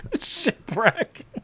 Shipwreck